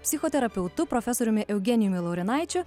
psichoterapeutu profesoriumi eugenijumi laurinaičiu